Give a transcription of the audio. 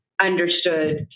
understood